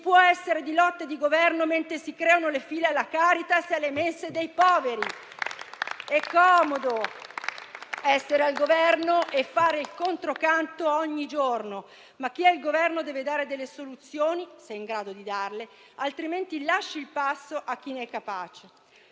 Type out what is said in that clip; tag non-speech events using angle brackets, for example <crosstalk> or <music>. può essere di lotta e di Governo mentre i negozi chiudono e si creano le file alla Caritas e alle mense dei poveri. <applause> È comodo essere al Governo e fare il controcanto ogni giorno, ma chi è al Governo deve dare delle soluzioni, se è in grado di farlo, altrimenti lasci il passo a chi è capace.